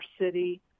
city